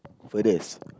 furthest